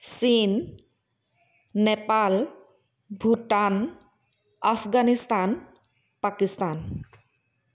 চীন নেপাল ভূটান আফগানিস্তান পাকিস্তান